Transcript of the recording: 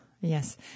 Yes